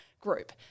group